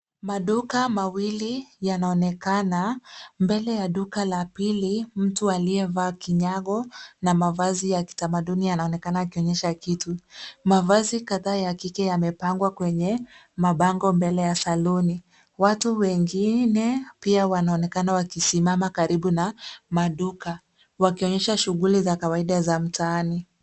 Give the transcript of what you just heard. Maduka mawili yanaonekana. Mbele ya duka la pili, mtu aliyevaa kinyago na mavazi ya kitamaduni anaonekana akionyesha kitu. Mavazi kadhaa ya kike yamepangwa kwenye, mabango mbele ya saloni. Watu wengine, pia wanaonekana wakisimama karibu na maduka. Wakionyesha shughuli za kawaida za mtaani.